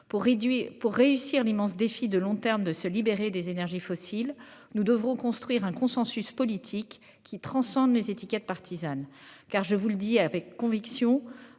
pour réussir l'immense défi de long terme de se libérer des énergies fossiles nous devrons construire un consensus politique qui transcende les étiquettes partisanes car je vous le dis avec conviction.